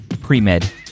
Pre-Med